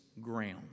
ground